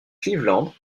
cleveland